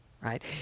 right